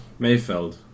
Mayfeld